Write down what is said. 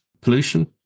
pollution